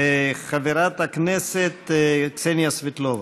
חברת הכנסת קסניה סבטלובה.